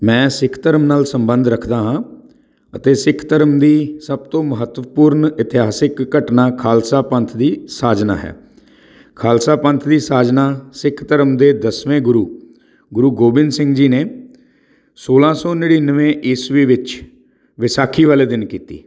ਮੈਂ ਸਿੱਖ ਧਰਮ ਨਾਲ ਸੰਬੰਧ ਰੱਖਦਾ ਹਾਂ ਅਤੇ ਸਿੱਖ ਧਰਮ ਦੀ ਸਭ ਤੋਂ ਮਹੱਤਵਪੂਰਨ ਇਤਿਹਾਸਿਕ ਘਟਨਾ ਖਾਲਸਾ ਪੰਥ ਦੀ ਸਾਜਨਾ ਹੈ ਖਾਲਸਾ ਪੰਥ ਦੀ ਸਾਜਨਾ ਸਿੱਖ ਧਰਮ ਦੇ ਦਸਵੇਂ ਗੁਰੂ ਗੁਰੂ ਗੋਬਿੰਦ ਸਿੰਘ ਜੀ ਨੇ ਸੌਲਾਂ ਸੌ ਨੜਿੱਨਵੇ ਈਸਵੀ ਵਿੱਚ ਵਿਸਾਖੀ ਵਾਲੇ ਦਿਨ ਕੀਤੀ